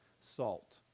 salt